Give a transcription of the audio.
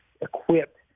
equipped